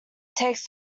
takes